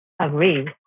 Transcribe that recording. agreed